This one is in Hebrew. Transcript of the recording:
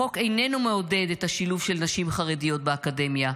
החוק איננו מעודד את השילוב של נשים חרדיות באקדמיה,